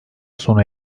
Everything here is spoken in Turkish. sona